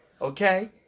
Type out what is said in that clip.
Okay